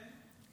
כן?